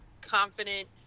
confident